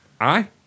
Aye